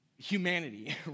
humanity